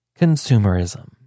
consumerism